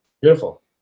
Beautiful